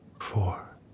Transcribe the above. four